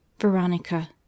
VERONICA